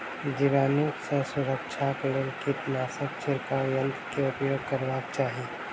जीवाणु सॅ सुरक्षाक लेल कीटनाशक छिड़काव यन्त्र के उपयोग करबाक चाही